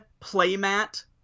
playmat